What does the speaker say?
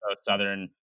Southern